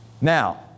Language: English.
Now